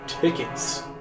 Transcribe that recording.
tickets